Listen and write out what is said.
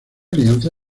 alianza